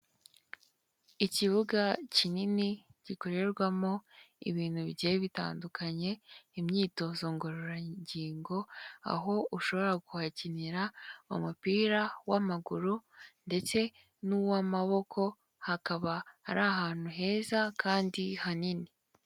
Ikibuga kinini gikorerwamo ibintu bigiye bitandukanye imyitozo ngororangingo, aho ushobora kuhakinira umupira w'amaguru ndetse n'uwamaboko hakaba ari ahantu heza kandi hanini.